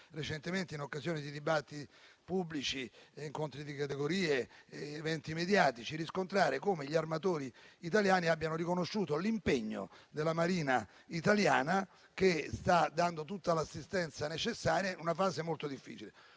recentemente, in occasione di dibattiti pubblici, incontri di categorie ed eventi mediatici, di riscontrare come gli armatori italiani abbiano riconosciuto l'impegno della Marina italiana che sta dando tutta l'assistenza necessaria in una fase molto difficile,